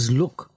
look